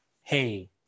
Hey